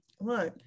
Look